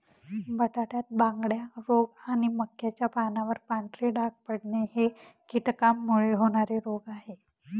बटाट्यात बांगड्या रोग आणि मक्याच्या पानावर पांढरे डाग पडणे हे कीटकांमुळे होणारे रोग आहे